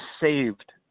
saved